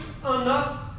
enough